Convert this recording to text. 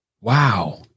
Wow